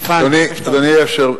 שפן, מה שאתה רוצה.